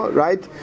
right